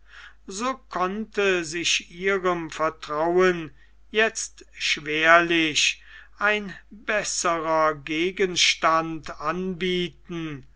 so konnte sich ihrem vertrauen jetzt schwerlich ein besserer gegenstand anbieten